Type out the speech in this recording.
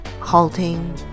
halting